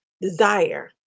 desire